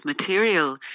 material